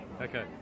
Okay